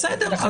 בסדר,